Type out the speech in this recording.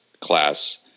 class